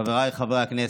חבריי חברי הכנסת,